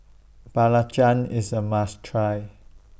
Belacan IS A must Try